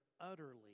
utterly